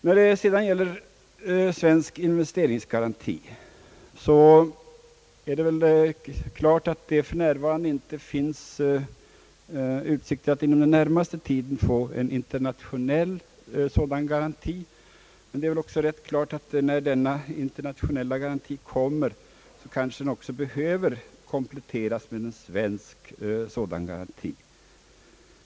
När det sedan gäller svensk investeringsgaranti är det klart att det inie finns utsikter att inom den närmaste tiden få en internationell sådan garanti. Men det är också klart att när denna internationella garanti kommer, så behöver den kanske kompletteras med en svensk garanti.